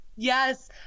Yes